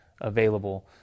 available